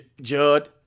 Judd